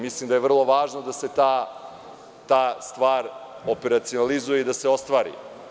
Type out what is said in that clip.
Mislim da je vrlo važno da se ta stvar operacionalizuje i da se ostvari.